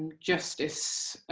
justice,